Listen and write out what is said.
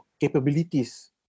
capabilities